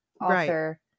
author